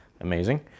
Amazing